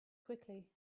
quickly